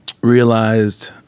realized